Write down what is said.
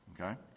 okay